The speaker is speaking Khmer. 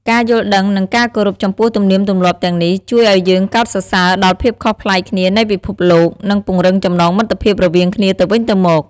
ការយល់ដឹង និងការគោរពចំពោះទំនៀមទម្លាប់ទាំងនេះជួយឱ្យយើងកោតសរសើរដល់ភាពខុសប្លែកគ្នានៃពិភពលោក និងពង្រឹងចំណងមិត្តភាពរវាងគ្នាទៅវិញទៅមក។